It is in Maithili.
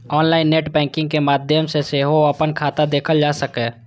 ऑनलाइन नेट बैंकिंग के माध्यम सं सेहो अपन खाता देखल जा सकैए